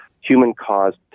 human-caused